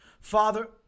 Father